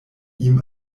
ihm